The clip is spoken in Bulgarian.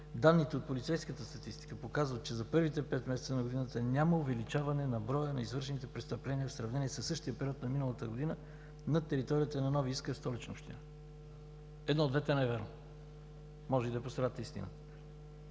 Данните от полицейската статистика показват, че за първите пет месеца на годината няма увеличаване на броя на извършените престъпления в сравнение със същия период на миналата година на територията на „Нови Искър“ – Столична община. Едно от двете не е вярно, истината